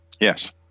Yes